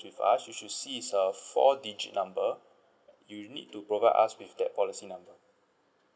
with us you should see it's a four digit number you need to provide us with that policy number